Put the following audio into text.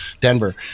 Denver